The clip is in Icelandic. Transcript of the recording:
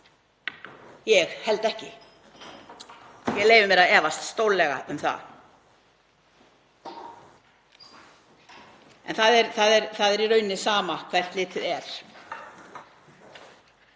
Ég held ekki, ég leyfi mér að efast stórlega um það. Það er í rauninni sama hvert litið er.